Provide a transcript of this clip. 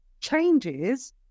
changes